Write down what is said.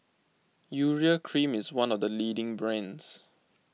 Urea Cream is one of the leading brands